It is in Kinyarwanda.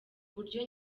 uburyo